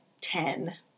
ten